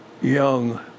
young